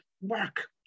work